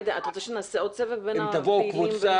אם תבואו קבוצה,